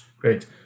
Great